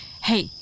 hey